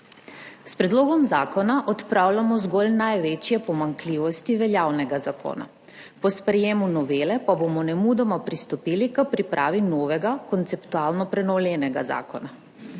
S predlogom zakona odpravljamo zgolj največje pomanjkljivosti veljavnega zakona. Po sprejetju novele pa bomo nemudoma pristopili k pripravi novega, konceptualno prenovljenega zakona.